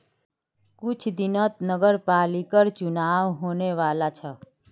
कुछू दिनत नगरपालिकर चुनाव होने वाला छ